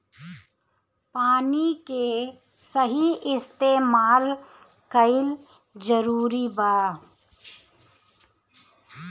पानी के सही इस्तेमाल कइल जरूरी बा